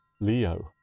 Leo